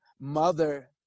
mother